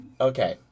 Okay